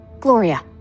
Gloria